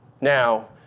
now